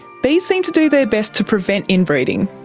bees seem to do their best to prevent inbreeding,